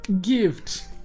gift